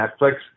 Netflix